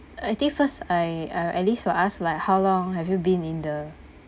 I think first I I'll at least will ask like how long have you been in the